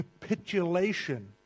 capitulation